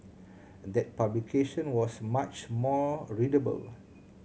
that publication was much more readable